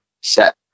set